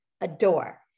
adore